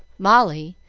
molly,